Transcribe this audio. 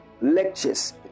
lectures